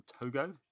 Togo